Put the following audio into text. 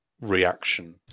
reaction